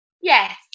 Yes